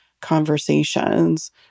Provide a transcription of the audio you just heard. Conversations